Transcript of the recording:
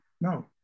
No